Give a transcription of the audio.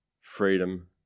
freedom